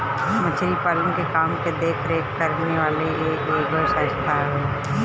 मछरी पालन के काम के देख रेख करे वाली इ एगो संस्था हवे